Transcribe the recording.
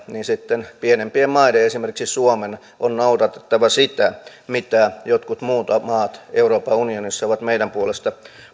niin sitten pienempien maiden esimerkiksi suomen on noudatettava sitä mitä jotkut muut maat euroopan unionissa ovat meidän puolestamme